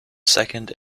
second